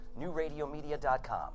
NewRadioMedia.com